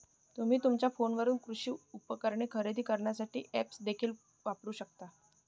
तुम्ही तुमच्या फोनवरून कृषी उपकरणे खरेदी करण्यासाठी ऐप्स देखील वापरू शकता